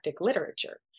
literature